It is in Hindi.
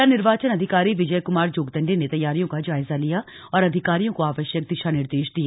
जिला निर्वाचन अधिकारी विजय कमार जोगदण्डे ने तैयारियों का जायजा लिया और अधिकारियों को आवश्यक दिशा निर्देश दिए